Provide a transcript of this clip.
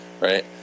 right